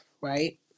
right